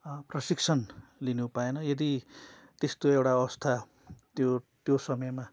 प्रशिक्षण लिनुपाएन यदि त्यस्तो एउटा अवस्था त्यो त्यो समयमा